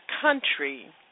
country